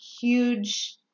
huge